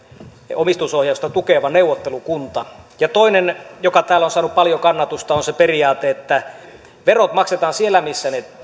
omistusohjausta tukeva neuvottelukunta toinen joka täällä on saanut paljon kannatusta on se periaate että verot maksetaan siellä missä se